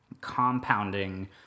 compounding